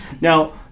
Now